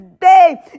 day